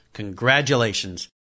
Congratulations